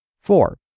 Four